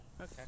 okay